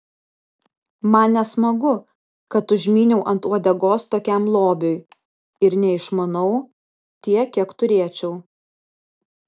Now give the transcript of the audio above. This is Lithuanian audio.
man nesmagu kad užmyniau ant uodegos tokiam lobiui ir neišmanau tiek kiek turėčiau